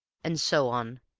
and so on,